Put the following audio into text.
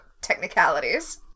technicalities